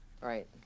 Right